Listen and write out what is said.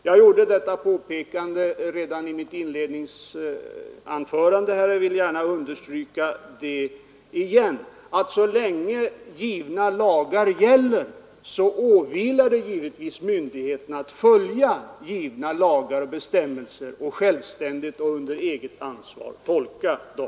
Jag antydde detta redan i mitt inledningsanförande, men jag har gärna velat understryka det igen. Så länge givna lagar gäller åvilar det givetvis myndigheterna att följa dessa lagar och att självständigt och under eget ansvar tolka dem.